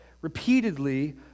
repeatedly